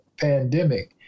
pandemic